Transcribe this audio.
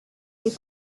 des